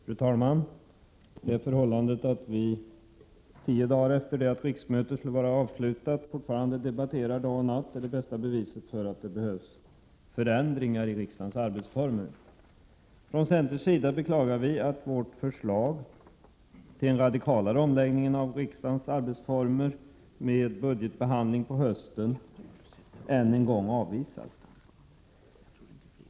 Fru talman! Det förhållandet att vi, tio dagar efter det att riksmötet borde ha varit avslutat, fortfarande debatterar dag och natt är det bästa beviset för att det behövs förändringar i riksdagens arbetsformer. Från centerns sida beklagar vi att vårt förslag till en radikalare omläggning av riksdagens arbetsformer, med budgetbehandling på hösten, än en gång avvisas.